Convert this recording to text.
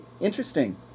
interesting